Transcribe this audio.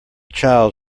child